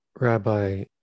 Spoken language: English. Rabbi